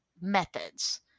methods